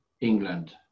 England